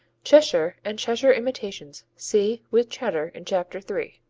cheshire and cheshire imitations see with cheddar in chapter three.